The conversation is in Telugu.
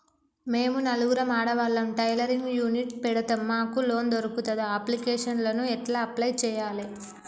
మేము నలుగురం ఆడవాళ్ళం టైలరింగ్ యూనిట్ పెడతం మాకు లోన్ దొర్కుతదా? అప్లికేషన్లను ఎట్ల అప్లయ్ చేయాలే?